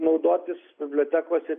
naudotis bibliotekose